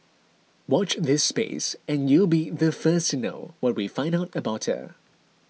watch this space and you'll be the first to know what we find out about her